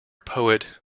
poet